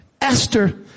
Esther